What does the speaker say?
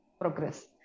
progress